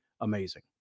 amazing